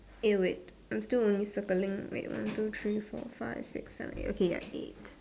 eh wait I'm still only circling wait one two three four five six seven eight okay ya eight